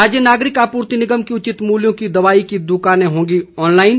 राज्य नागरिक आपूर्ति निगम की उचित मूल्यों की दवाई की दुकानें होंगी ऑनलाईन